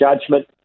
judgment